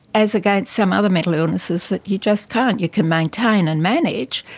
as against some other mental illnesses that you just can't. you can maintain and manage.